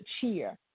cheer